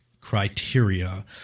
criteria